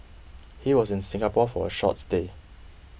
he was in Singapore for a short stay